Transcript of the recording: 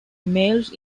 males